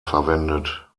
verwendet